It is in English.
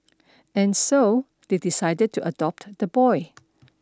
and so they decided to adopt the boy